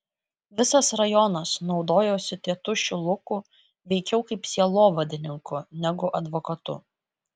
visas rajonas naudojosi tėtušiu luku veikiau kaip sielovadininku negu advokatu